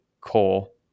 coal